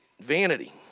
vanity